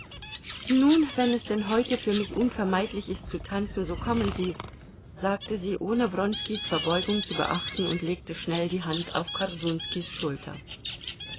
nun wenn es denn heute für mich unvermeidlich ist zu tanzen so kommen sie sagte sie ohne wronskis verbeugung zu beachten und legte schnell die hand auf korsunskis schulter